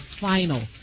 final